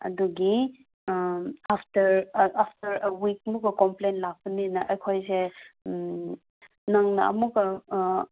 ꯑꯗꯨꯒꯤ after week ꯑꯃꯨꯛꯀ complain ꯂꯥꯛꯄꯅꯤꯅ ꯑꯩꯈꯣꯏꯁꯦ ꯅꯪꯅ ꯑꯃꯨꯛꯀ